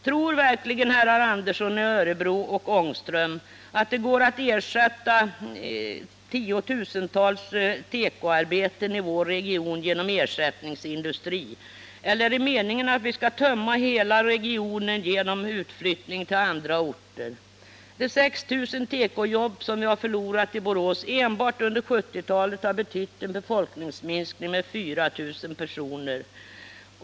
Tror verkligen herrar Andersson i Örebro och Ångström att det går att ersätta tiotusentals tekoarbeten i vår region genom ersättningsindustri? Eller är det meningen att vi skall tömma hela regionen genom utflyttning till andra orter? De 6 000 tekojobb som vi har förlorat i Borås enbart under 1970-talet har betytt en befolkningsminskning med 4 000 personer i Borås.